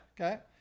Okay